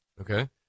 Okay